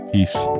Peace